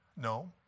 No